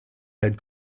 had